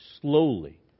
slowly